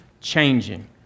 changing